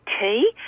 tea